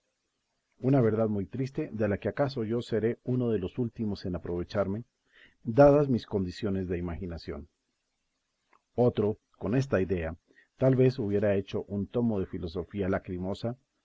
una verdad muy triste de la que acaso yo seré uno de los últimos en aprovecharme dadas mis condiciones de imaginación otro con esta idea tal vez hubiera hecho un tomo de filosofía lacrimosa